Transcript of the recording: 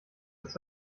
ist